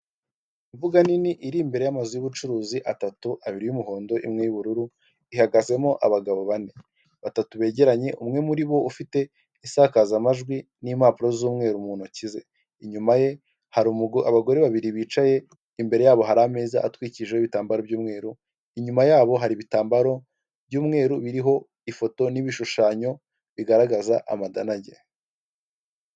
Imbuga nini iri imbere y'amazu y'ubucuruzi atatu; abiri y'umuhondo, imwe y'ubururu. Ihagazemo abagabo bane; batatu begeranye umwe muri bo ufite isakazamajwi n'immpapuro z'umweru mu ntoki ze. Inyuma ye harigo abagore babiri bicaye imbere yabo hari ameza atwikijeho ibitambaro by'umweru inyuma yabo hari ibitambaro by'umweru biriho ifoto n'ibishushanyo bigaragaza amadanage.